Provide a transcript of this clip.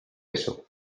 eso